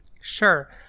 Sure